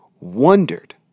wondered